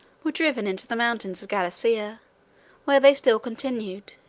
were driven into the mountains of gallicia where they still continued,